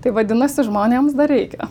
tai vadinasi žmonėms dar reikia